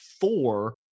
four